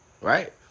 Right